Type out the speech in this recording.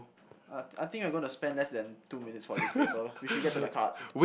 uh I think you're going to spend less than two minutes for this paper we should get to the cards